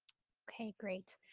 okay, great.